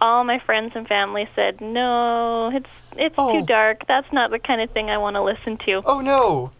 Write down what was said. all my friends and family said no heads it's all dark that's not the kind of thing i want to listen to o